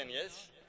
yes